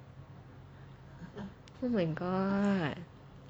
oh my god